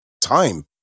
time